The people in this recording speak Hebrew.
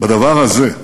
בדבר הזה,